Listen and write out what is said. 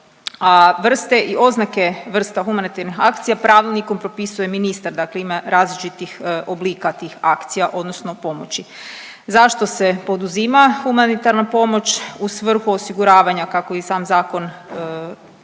vrste i oznake vrsta humanitarnih akcija pravilnikom propisuje ministar dakle ima različitih oblika tih akcija odnosno pomoći. Zašto se poduzima humanitarna pomoć u svrhu osiguravanja kako ih sam zakon